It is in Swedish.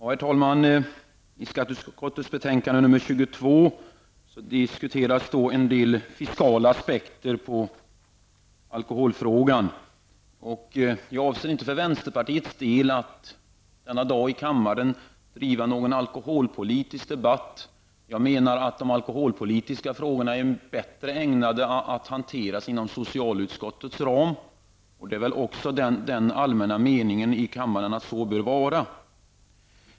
Herr talman! I skatteutskottets betänkande nr 22 diskuteras en del fiskala aspekter på alkoholfrågan. Jag avser inte att för vänsterpartiets del denna dag i kammaren driva någon alkoholpolitisk debatt. Jag anser att de alkoholpolitiska frågorna är bättre ägnade att hanteras inom socialutskottets ram, och det är väl också den allmänna meningen i kammaren att så bör vara.